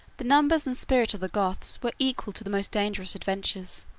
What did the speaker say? the numbers and spirit of the goths were equal to the most dangerous adventures.